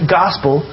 gospel